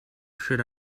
should